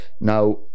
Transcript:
now